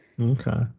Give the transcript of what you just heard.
okay